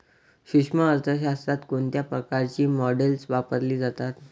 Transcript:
सूक्ष्म अर्थशास्त्रात कोणत्या प्रकारची मॉडेल्स वापरली जातात?